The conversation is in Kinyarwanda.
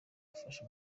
afashe